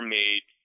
made